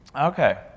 Okay